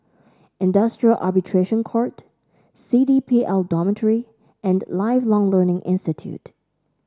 Industrial Arbitration Court C D P L Dormitory and Lifelong Learning Institute